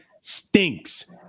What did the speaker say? stinks